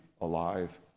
alive